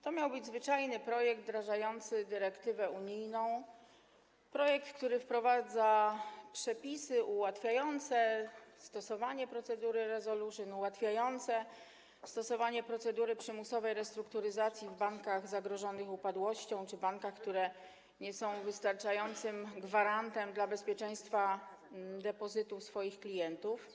To miał być zwyczajny projekt wdrażający dyrektywę unijną, projekt, który wprowadza przepisy ułatwiające stosowanie procedury resolution, czyli procedury przymusowej restrukturyzacji w bankach zagrożonych upadłością czy bankach, które nie są wystarczającym gwarantem bezpieczeństwa depozytów swoich klientów.